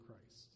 Christ